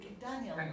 Daniel